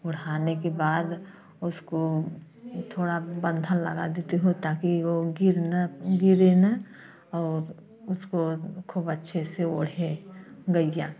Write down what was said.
ओढ़ाने के बाद उसको थोड़ा बंधन लगा देती हूँ ताकि वो गिरना गिरे ना और उसको खूब अच्छे से ओढ़े गईया